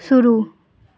शुरू